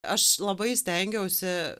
aš labai stengiausi